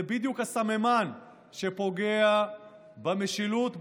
הוא בדיוק הסממן שפוגע במשילות,